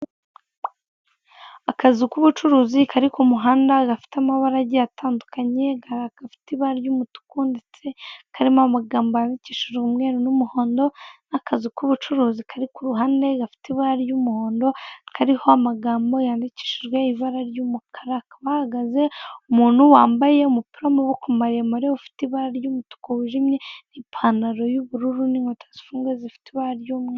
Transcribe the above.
Akazu k'ubucuruzi kari ku kumuhanda, gafite amabara agiye atandukanye, gafite ibara ry'umutuku, ndetse karimo amagambo yandikishije umweru n'umuhondo, n'akazu k'ubucuruzi kari kuhande gafite ibara ry'umuhondo, kariho amagambo yandikishijwe ibara ry'umukara, hakaba hahagaze umuntu wambaye umupira w'amaboko maremare, ufite ibara ry'umutuku, wijimye, n'ipantaro y'ubururu, n'inkweta zifunguye, zifite ibara ry'umweru.